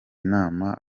inama